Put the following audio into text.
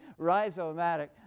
rhizomatic